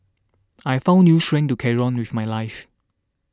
I found new strength to carry on with my lush